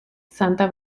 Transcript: santa